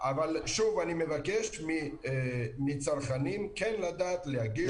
אבל שוב, אני מבקש מצרכנים כן לדעת להגיש תלונה.